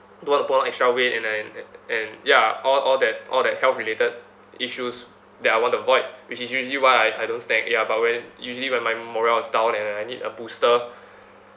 don't want to put on extra weight and I and and ya all all that all that health related issues that I want to avoid which is usually why I I don't snack ya but when usually when my morale is down and I need a booster